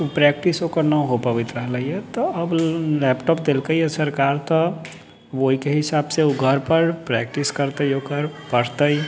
ओ practice ओकर ना हो पबैत रहलै है तऽ अब लैपटॉप देलकै हँ सरकार तऽ ओहिके हिसाब से ओ घर पर प्रैक्टिस करतै ओकरा पढ़तै